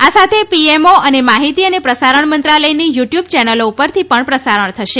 આ સાથે પીએમઓ અને માહિતી અને પ્રસારણ મંત્રાલયની યુ ટ્યૂબ ચેનલો ઉપરથી પણ પ્રસારમ થશે